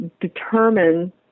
determine